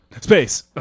Space